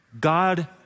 God